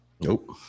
Nope